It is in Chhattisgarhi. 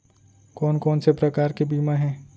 कोन कोन से प्रकार के बीमा हे?